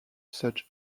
such